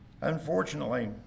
Unfortunately